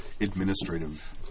administrative